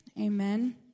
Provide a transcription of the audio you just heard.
Amen